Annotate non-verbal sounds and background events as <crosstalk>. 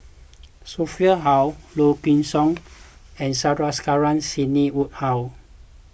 <noise> Sophia Hull Low Kway Song and Sandrasegaran Sidney Woodhull